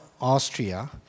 Austria